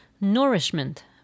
Nourishment